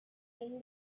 been